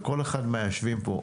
וכל אחד מהיושבים פה,